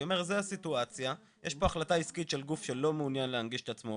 זו הפלטפורמה של צ'רלטון.